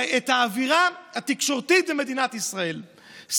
האווירה התקשורתית במדינת ישראל,